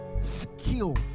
skill